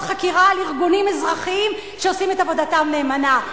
חקירה על ארגונים אזרחיים שעושים את עבודתם נאמנה.